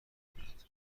میکند